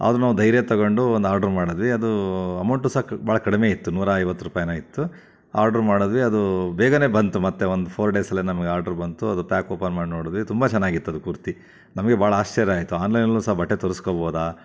ಆದರೂ ನಾವು ಧೈರ್ಯ ತಗೊಂಡು ಒಂದು ಆರ್ಡರ್ ಮಾಡದ್ವಿ ಅದು ಅಮೌಂಟು ಸಹ ಬಹಳ ಕಡಿಮೆ ಇತ್ತು ನೂರ ಐವತ್ತು ರೂಪಾಯಿಯೇನೋ ಇತ್ತು ಆರ್ಡರ್ ಮಾಡದ್ವಿ ಅದು ಬೇಗನೆ ಬಂತು ಮತ್ತೆ ಒಂದು ಫೋರ್ ಡೇಸಲ್ಲೇ ನಮಗೆ ಆರ್ಡರ್ ಬಂತು ಅದು ಪ್ಯಾಕ್ ಓಪನ್ ಮಾಡಿ ನೋಡದ್ವಿ ತುಂಬ ಚೆನ್ನಾಗಿತ್ತದು ಕುರ್ತಿ ನಮಗೆ ಬಹಳ ಆಶ್ಚರ್ಯ ಆಯಿತು ಆನ್ಲೈನಲ್ಲೂ ಸಹ ಬಟ್ಟೆ ತರ್ಸ್ಕೋಬೋದ